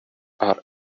are